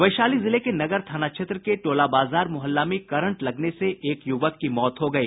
वैशाली जिले के नगर थाना क्षेत्र के टोला बाजार मुहल्ला में करंट लगने से एक युवक की मौत हो गयी